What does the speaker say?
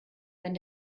wenn